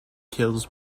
kills